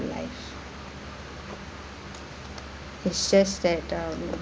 life it's just that um